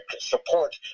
support